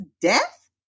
death